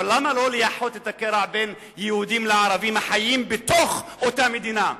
אבל למה לא לאחות את הקרע בין יהודים לערבים החיים בתוך אותה מדינה,